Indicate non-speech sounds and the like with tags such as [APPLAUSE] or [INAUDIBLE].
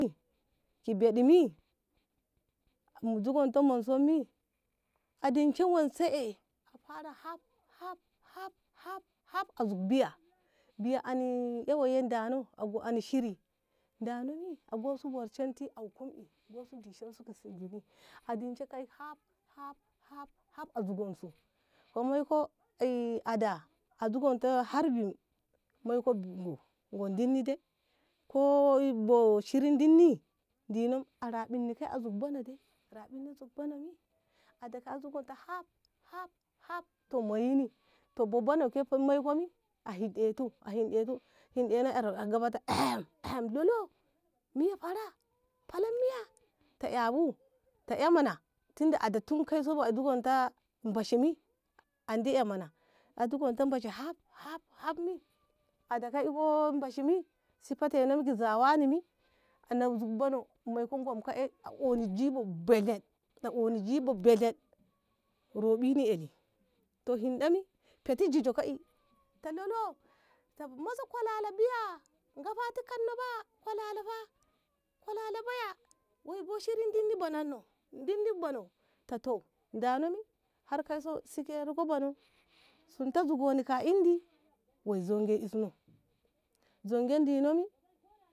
ki beɗi mi mu zugonto mosom mi adinshe wonse e a fara haf haf haf haf a zuk biya- biya anin ƙa woi dano anin shiri dano me a go su worshenti aukum mi go su dishensu ki zuni adinshe kai haf- haf- haf- haf a zugonsu ko moiko ada a zuk ishe harbi moiko buno ngo dinni dai ko bo shiri dunni dino a rabenni ka'a zuk banoh dai rabidin zuk banoh mi ada kai a zuk haf haf haf toh moyinni to boboni ke moiko mi a hinɗe tu a hinde tu a bo geba [UNINTELLIGIBLE] lolo miya fara falai miya ta ƙabu ta ƙa mana tunda ada tun kaiso azugonta bashni andi ƙa mana azunta bashni haf haf hafmi ada kai iko mashni hetetu zawanni mi a zuk banoh moiko ngob e a oni jibo beɗel a oni jibo beɗel robini eli toh hinɗa mi fete jijo mi ta lolo ta maza kolala biya ngafati kanno ba kolala fa kolala baya woi bo shiri dunni banonno dunni banoh ta toh dano me har kaiso ke si riko banoh sunta zugonni ka indi woi zonge isno zonge dino mi.